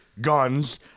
guns